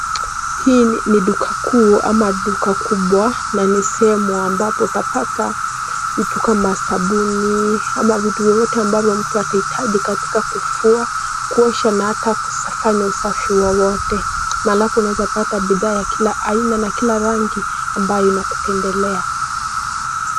Hii ni duka kuu ama duka kubwa na ni sehemu ambapo utapata vitu kama sabuni ama vitu vyovyote ambavyo mtu ataitaji katika kufua, kuosha na ata kufanya usafi wowote, alafu unaeza pata bidhaa ya kila aina na kila rangi ambayo inakupendelea.